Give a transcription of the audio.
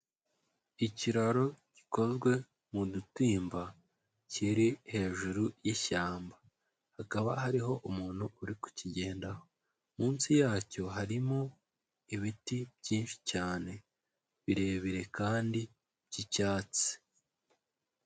Ikiraro gikozwe mudutimba kiri hejuru yishyamba, hakaba hariho umuntu uri kukigendaho, munsi yacyo harimo ibiti byinshi cyane birebire kandi byicyatsi.